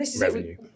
revenue